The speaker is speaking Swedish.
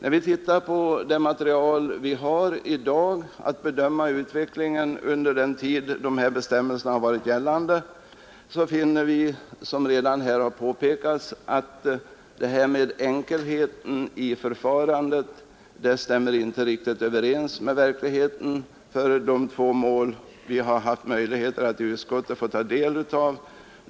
Om vi ser på det material som i dag finns för att bedöma utvecklingen under den tid som dessa bestämmelser har gällt så finner vi, som redan har påpekats här, att det här med enkelheten i förfarandet inte riktigt stämmer överens med verkligheten, i varje fall inte i de två mål utskottet haft möjlighet att ta del av.